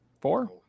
four